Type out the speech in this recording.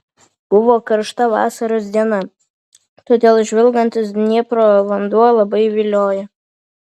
buvo karšta vasaros diena todėl žvilgantis dniepro vanduo labai viliojo